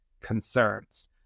concerns